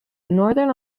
northern